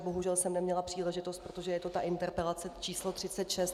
Bohužel jsem neměla příležitost, protože je to ta interpelace číslo 36.